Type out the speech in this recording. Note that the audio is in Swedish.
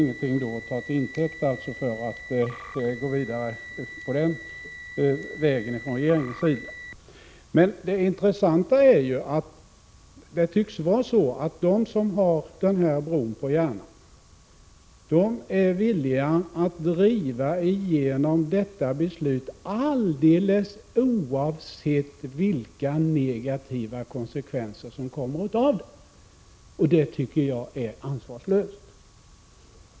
Här finns det alltså ingenting som man kan ta till intäkt för att gå vidare på den vägen från regeringens sida. Det intressanta är att det tycks vara så att de som har den här bron på hjärnan är villiga att driva igenom detta beslut alldeles oavsett vilka negativa konsekvenser som blir följden, och det tycker jag är ansvarslöst.